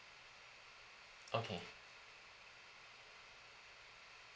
okay